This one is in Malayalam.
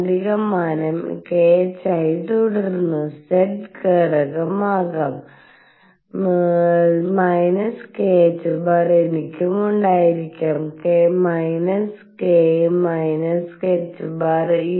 കാന്തിമാനം kh ആയി തുടരുന്നു z ഘടകം ആകാം −kℏ എനിക്കും ഉണ്ടായിരിക്കാം−k ℏ